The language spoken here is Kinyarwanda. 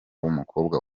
w’umukobwa